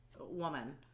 woman